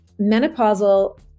menopausal